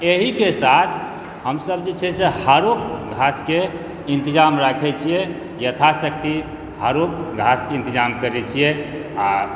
एहि के साथ हमसब जे छै से हरो घास के इन्तजाम राखै छियै यथा शक्ति हरो घास के इन्तजाम करै छियै आ